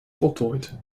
voltooid